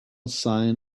sign